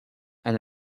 and